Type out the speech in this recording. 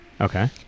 Okay